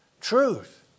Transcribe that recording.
truth